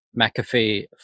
McAfee